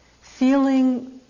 Feeling